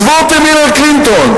עזבו אותי מהילרי קלינטון,